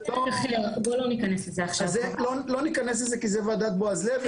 לא ניכנס לזה עכשיו כי זה ועדת בועז לב.